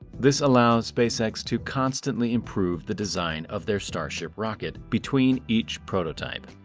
this allows spacex to constantly improve the design of their starship rocket between each prototype.